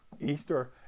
Easter